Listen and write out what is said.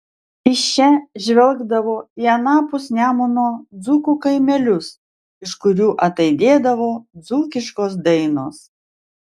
iš čia žvelgdavo į anapus nemuno dzūkų kaimelius iš kurių ataidėdavo dzūkiškos dainos